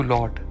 Lord